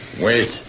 Wait